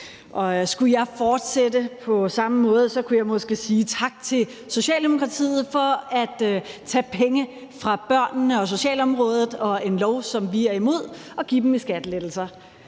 skulle jeg fortsætte på samme måde, kunne jeg måske sige tak til Socialdemokratiet for at tage penge fra børnene og socialområdet og en lov, som vi er imod, og give dem i skattelettelser.